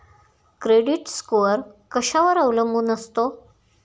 Credit score कशावर अवलंबून असतो?